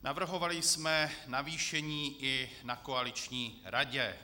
Navrhovali jsme navýšení i na koaliční radě.